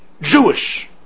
Jewish